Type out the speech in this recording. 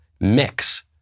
mix